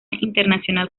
internacional